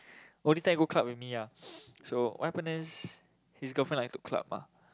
only time go club with me ah so what happen is his girlfriend like to club ah